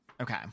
Okay